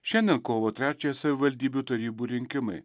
šiandien kovo trečiąją savivaldybių tarybų rinkimai